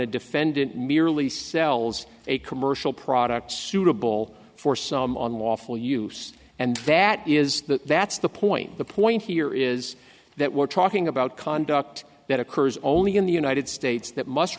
a defendant merely sells a commercial product suitable for some on lawful use and that is the that's the point the point here is that we're talking about conduct that occurs only in the united states that must